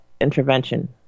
intervention